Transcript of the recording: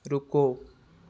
रुको